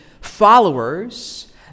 followers